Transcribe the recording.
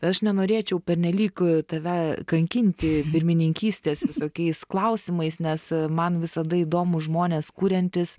aš nenorėčiau pernelyg tave kankinti pirmininkystės visokiais klausimais nes man visada įdomūs žmonės kuriantys